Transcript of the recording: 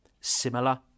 similar